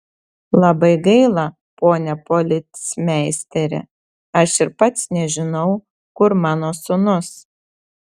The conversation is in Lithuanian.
labai gaila pone policmeisteri aš ir pats nežinau kur mano sūnus